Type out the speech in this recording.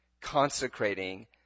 consecrating